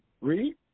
read